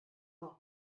noch